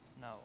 No